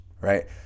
right